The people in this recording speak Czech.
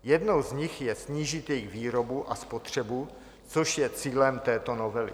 Jednou z nich je snížit jejich výrobu a spotřebu, což je cílem této novely.